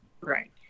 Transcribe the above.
Right